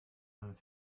and